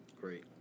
Great